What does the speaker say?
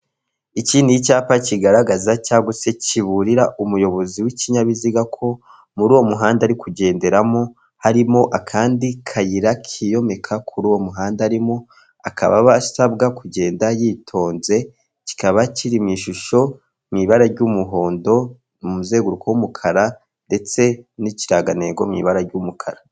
Iki ni icyapa kigaragaza cyangwa se kiburira umuyobozi w'ikinyabiziga ko muri uwo muhanda ari kugenderamo, harimo akandi kayira kiyomeka kuri uwo muhanda arimo, akaba aba asabwa kugenda yitonze, kikaba kiri mu ibara ry'umuhondo, umuzenguruko w'umukara ndetse n'ikirangantego mu ibara ry'umukara.